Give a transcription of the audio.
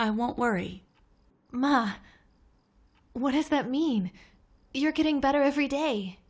i won't worry mama what does that mean you're getting better every day